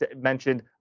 mentioned